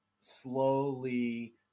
slowly